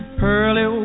pearly